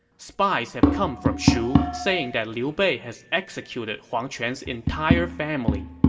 spies have come from shu, saying that liu bei has executed huang quan's entire family.